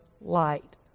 light